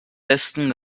besten